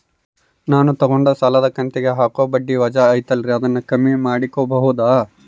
ನಾನು ತಗೊಂಡ ಸಾಲದ ಕಂತಿಗೆ ಹಾಕೋ ಬಡ್ಡಿ ವಜಾ ಐತಲ್ರಿ ಅದನ್ನ ಕಮ್ಮಿ ಮಾಡಕೋಬಹುದಾ?